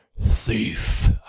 Thief